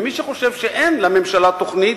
ומי שחושב שאין לממשלה תוכנית,